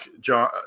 John